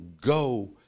go